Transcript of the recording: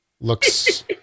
looks